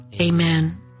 Amen